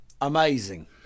Amazing